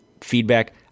feedback